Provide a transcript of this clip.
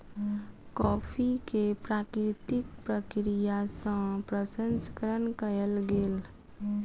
coffee के प्राकृतिक प्रक्रिया सँ प्रसंस्करण कयल गेल